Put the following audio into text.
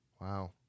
Wow